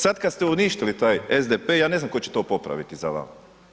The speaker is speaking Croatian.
Sad kada ste uništili taj SDP, ja ne znam tko će to popraviti za vama.